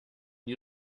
die